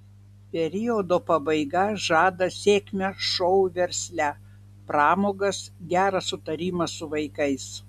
periodo pabaiga žada sėkmę šou versle pramogas gerą sutarimą su vaikais